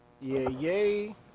Yay